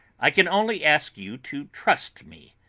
i can only ask you to trust me.